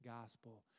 gospel